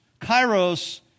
Kairos